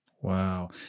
Wow